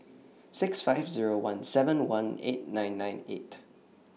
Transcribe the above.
six five Zero one seven one eight nine nine eight